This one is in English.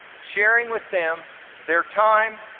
sharing with them their time,